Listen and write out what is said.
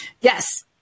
Yes